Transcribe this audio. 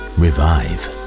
revive